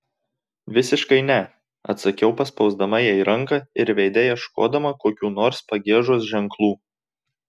visiškai ne atsakiau paspausdama jai ranką ir veide ieškodama kokių nors pagiežos ženklų